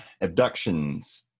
abductions